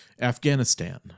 Afghanistan